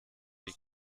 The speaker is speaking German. die